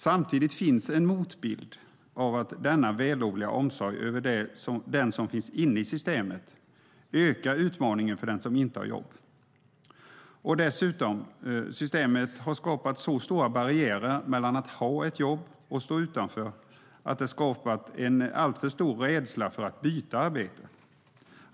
Samtidigt finns en motbild av att denna vällovliga omsorg över den som finns inne i systemet ökar utmaningen för den som inte har jobb. Och dessutom har systemet skapat så stora barriärer mellan att ha ett jobb och att stå utanför att det skapat en alltför stor rädsla för att byta arbete.